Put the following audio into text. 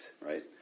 right